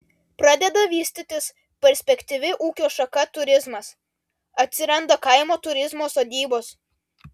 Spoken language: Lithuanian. pradeda vystytis perspektyvi ūkio šaka turizmas atsiranda kaimo turizmo sodybos